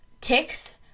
ticks